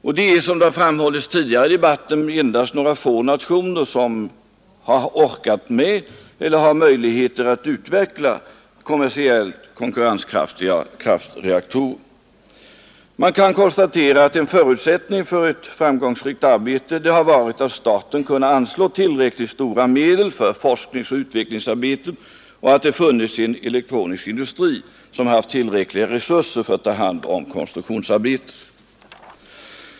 Det är, såsom framhållits tidigare i debatten, endast några få nationer som har orkat med eller har möjligheter att utveckla kommersiellt konkurrenskraftiga kraftreaktorer. Man kan konstatera att en förutsättning för ett framgångsrikt arbete har varit att staten kunnat anslå tillräckligt stora medel för forskningsoch utvecklingsarbete och att det funnits en elektronisk industri som haft tillräckliga resurser för att ta hand om konstruktionsarbetet.